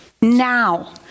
now